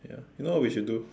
you know what we should do